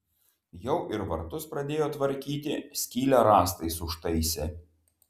jau ir vartus pradėjo tvarkyti skylę rąstais užtaisė